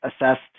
assessed